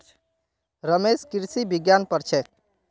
रमेश कृषि विज्ञान पढ़ छेक